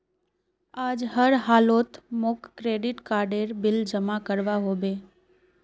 आज हर हालौत मौक क्रेडिट कार्डेर बिल जमा करवा होबे